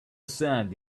sand